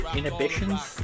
inhibitions